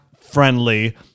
friendly